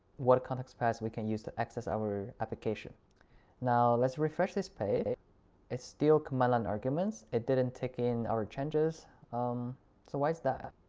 what context path we can use to access our application now let's refresh this page it's still commandlinearguments it didn't take in our changes um so why is that?